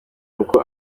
uko